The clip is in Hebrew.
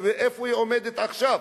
איפה היא עומדת עכשיו?